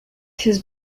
has